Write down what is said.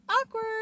awkward